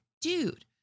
dude